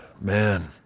man